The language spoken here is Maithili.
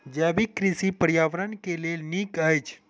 जैविक कृषि पर्यावरण के लेल नीक अछि